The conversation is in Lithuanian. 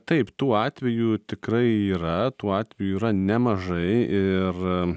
taip tų atvejų tikrai yra tų atvejų yra nemažai ir